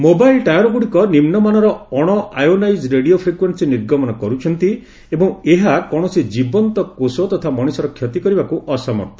mobile ଟାୱାରଗୁଡ଼ିକ ନିମ୍ମାନର ଅଣ ଆୟୋନାଇକ୍ ରେଡିଓ ଫ୍ରିକ୍ୱେନ୍ସି ନିର୍ଗମନ କରୁଛନ୍ତି ଏବଂ ଏହା କୌଣସି ଜୀବନ୍ତ କୋଷ ତଥା ମଣିଷର କ୍ଷତି କରିବାକୁ ଅସମର୍ଥ